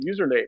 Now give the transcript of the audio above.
username